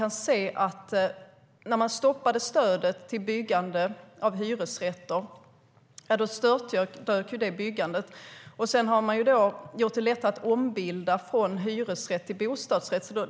När man stoppade stödet till byggande av hyresrätter störtdök ju det byggandet. Sedan har man också gjort det lättare att ombilda från hyresrätt till bostadsrätt.